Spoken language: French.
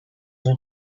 ont